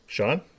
Sean